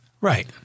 Right